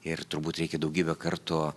ir turbūt reikia daugybę kartų